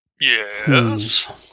Yes